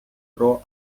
про